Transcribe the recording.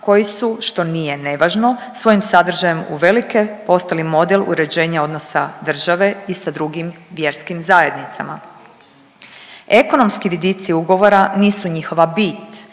koji su što nije nevažno, svojim sadržajem uvelike postali model uređenja odnosa države i sa drugim vjerskim zajednicama. Ekonomski vidici ugovora nisu njihova bit